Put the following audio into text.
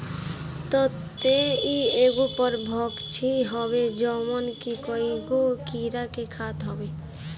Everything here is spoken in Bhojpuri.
ततैया इ एगो परभक्षी हवे जवन की कईगो कीड़ा के खात हवे